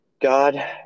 God